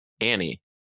Annie